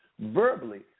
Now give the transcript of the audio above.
Verbally